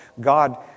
God